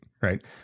Right